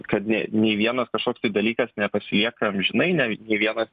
kad ne nei vienas kažkoks tai dalykas nepasilieka amžinai ne ne vienas